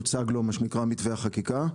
הוצג לו מה שנקרא מתווה החקיקה,